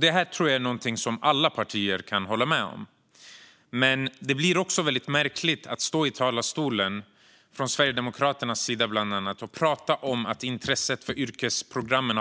Det här tror jag att alla partier kan hålla med om, men det är märkligt att höra Sverigedemokraterna med flera påpeka att intresset